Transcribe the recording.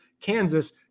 Kansas